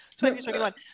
2021